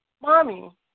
Mommy